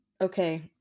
Okay